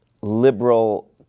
liberal